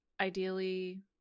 Ideally